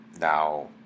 Now